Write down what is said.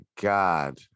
God